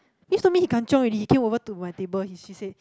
Phyllis told me he kanchiong already he came over to my table he she said